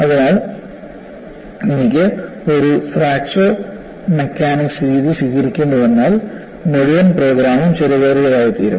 അതിനാൽ എനിക്ക് ഒരു ഫ്രാക്ചർ മെക്കാനിക്സ് രീതി സ്വീകരിക്കേണ്ടിവന്നാൽ മുഴുവൻ പ്രോഗ്രാമും ചെലവേറിയതായിത്തീരും